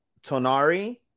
Tonari